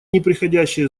непреходящее